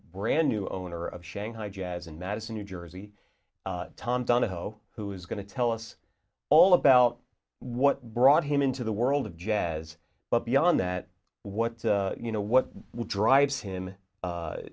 brand new owner of shanghai jazz and madison new jersey tom donahoe who is going to tell us all about what brought him into the world of jazz but beyond that what you know what will drives him